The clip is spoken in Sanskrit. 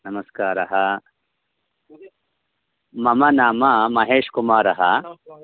नमस्कारः मम नाम महेशकुमारः